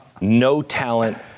no-talent